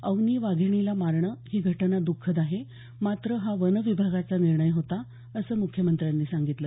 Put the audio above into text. अवनी वाघीणीला मारणं ही घटना दुःखद आहे मात्र हा वन विभागाचा निर्णय होता असं मुख्यमंत्र्यांनी सांगितलं